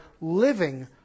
living